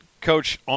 Coach